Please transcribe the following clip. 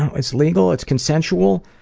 it's legal, it's consensual.